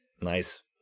Nice